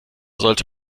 sollte